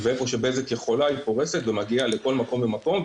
ואיפה שבזק יכולה היא פורסת ומגיעה לכל מקום ומקום.